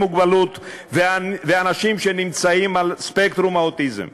מוגבלות ואנשים שנמצאים על ספקטרום האוטיזם,